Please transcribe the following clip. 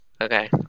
Okay